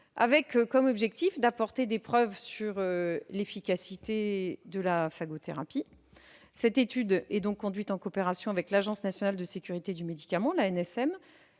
avec pour objectif d'apporter des preuves sur l'efficacité de la phagothérapie. Cette étude est conduite en coopération avec l'Agence nationale de sécurité du médicament et des